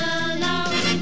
alone